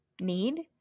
need